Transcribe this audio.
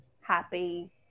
happy